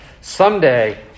Someday